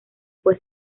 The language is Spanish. fue